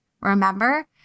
remember